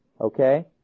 okay